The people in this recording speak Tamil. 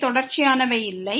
அவை தொடர்ச்சியானவை இல்லை